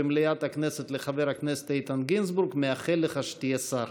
במליאת הכנסת לחבר הכנסת איתן גינזבורג: מאחל לך שתהיה שר.